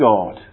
God